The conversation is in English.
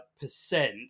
percent